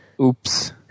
Oops